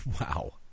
Wow